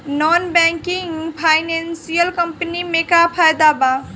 Non banking financial company से का फायदा बा?